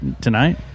tonight